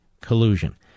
collusion